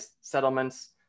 settlements